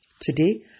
Today